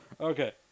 okay